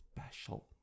special